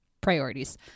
priorities